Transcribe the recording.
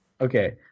okay